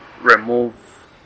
remove